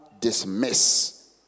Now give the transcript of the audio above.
dismiss